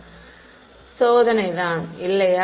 மாணவர் சோதனைதான் இல்லையா